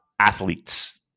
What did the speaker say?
athletes